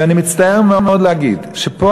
ואני מצטער מאוד להגיד שפה,